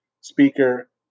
speaker